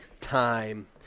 time